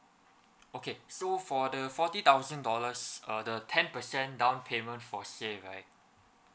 okay so for the forty thousand dollars uh the ten percent down payment for say right